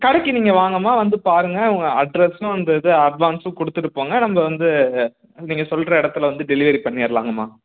கடைக்கு நீங்கள் வாங்கம்மா வந்து பாருங்கள் உங்கள் அட்ரஸ்ஸும் அந்த இதை அட்வான்ஸும் கொடுத்துட்டு போங்க நம்ம வந்து நீங்கள் சொல்கிற இடத்துல வந்து டெலிவரி பண்ணிடலாங்கம்மா